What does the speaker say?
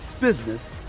business